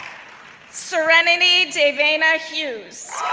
serenity davina hughes,